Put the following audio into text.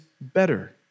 better